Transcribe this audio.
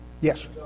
Yes